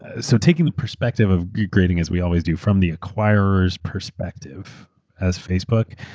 ah so taking the perspective of grading as we always do from the acquireraeurs perspective as facebook,